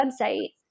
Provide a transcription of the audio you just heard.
website